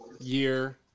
year